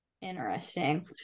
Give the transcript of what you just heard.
interesting